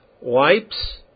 wipes